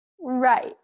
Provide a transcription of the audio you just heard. Right